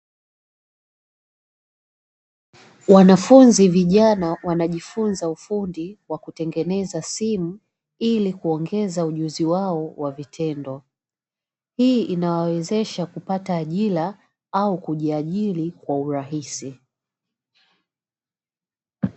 Wanafunzi vijana wanajifunza ufundi wa kutengeneza simu ili kuongeza ujuzi wao wa vitendo. Hii inawawezesha kupata ajira au kujiajiri kwa urahisi.